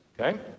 Okay